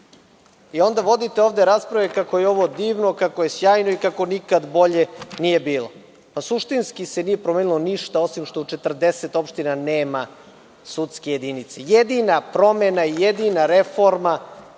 ovde vodite rasprave kako je ovo divno, kako je ovo sjajno, kako nikad bolje nije bilo. Suštinski se nije promenilo ništa, osim što 40 opština nema sudske jedinice. Jedina promena, jedina reforma